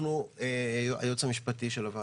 היועץ המשפטי של הוועדה,